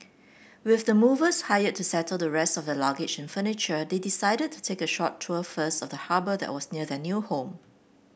with the movers hired to settle the rest of their luggage and furniture they decided to take a short tour first of the harbour that was near their new home